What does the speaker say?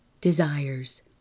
desires